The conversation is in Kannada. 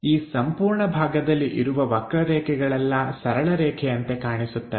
ಈ ಸಂಪೂರ್ಣ ಭಾಗದಲ್ಲಿ ಇರುವ ವಕ್ರರೇಖೆಗಳೆಲ್ಲಾ ಸರಳ ರೇಖೆಯಂತೆ ಕಾಣಿಸುತ್ತವೆ